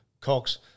Cox